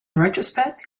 retrospect